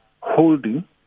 holding